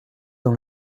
dans